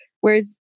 whereas